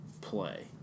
play